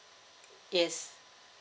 yes